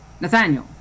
Nathaniel